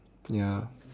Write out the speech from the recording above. ya